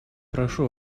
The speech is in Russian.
прошу